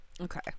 Okay